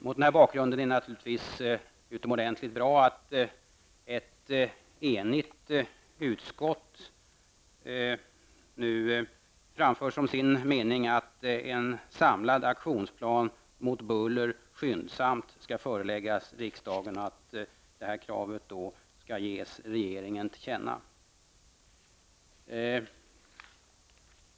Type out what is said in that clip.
Mot den här bakgrunden är det naturligtvis utomordentligt bra att ett enigt utskott nu framför som sin mening att en samlad aktionsplan mot buller skyndsamt skall föreläggas riksdagen och att det kravet nu skall ges regeringen till känna.